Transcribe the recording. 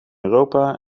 europa